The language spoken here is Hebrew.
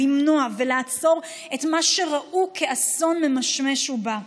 למנוע ולעצור את מה שראו כאסון ממשמש ובא.